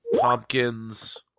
Tompkins